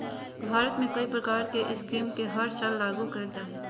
भारत में कई प्रकार के स्कीम के हर साल लागू कईल जा हइ